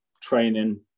training